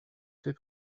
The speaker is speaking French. fais